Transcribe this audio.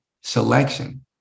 selection